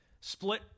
split